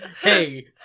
Hey